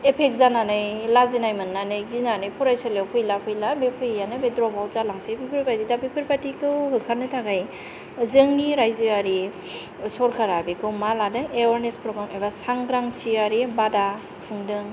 affect जानानै लाजिनाय मोन्नानै गिनानै फरायसालिआव फैला बे फैयैआनो द्रप आउट जालांसै बेफोरबादि दा बेफोरबादिखौ होखारनो थाखाय जोंनि रायजोयारि सरकारा बेखौ मा लादों एवेयारनेस पग्राम एबा सांग्रांथियारि बादा खुंदों